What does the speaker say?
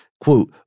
quote